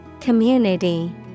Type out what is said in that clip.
Community